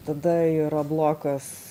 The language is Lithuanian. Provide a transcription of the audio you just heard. tada yra blokas